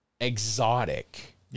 exotic